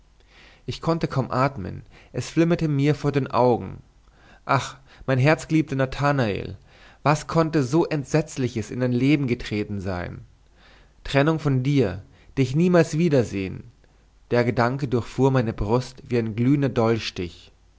ich konnte kaum atmen es flimmerte mir vor den augen ach mein herzgeliebter nathanael was konnte so entsetzliches in dein leben getreten sein trennung von dir dich niemals wiedersehen der gedanke durchfuhr meine brust wie ein glühender dolchstich